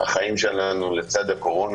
החיים שלנו לצד הקורונה,